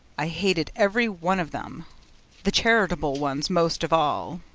i hated every one of them the charitable ones most of all.